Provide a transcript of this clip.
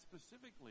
specifically